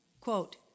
quote